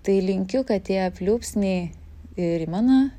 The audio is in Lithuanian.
tai linkiu kad tie pliūpsniai ir į mano